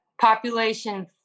population